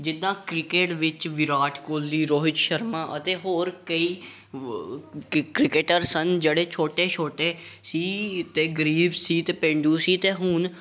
ਜਿੱਦਾਂ ਕ੍ਰਿਕੇਟ ਵਿੱਚ ਵਿਰਾਟ ਕੋਹਲੀ ਰੋਹਿਤ ਸ਼ਰਮਾ ਅਤੇ ਹੋਰ ਕਈ ਕ੍ਰਿਕੇਟਰ ਸਨ ਜਿਹੜੇ ਛੋਟੇ ਛੋਟੇ ਸੀ ਅਤੇ ਗਰੀਬ ਸੀ ਅਤੇ ਪੇਂਡੂ ਸੀ ਅਤੇ ਹੁਣ